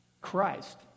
Christ